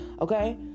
okay